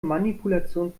manipulation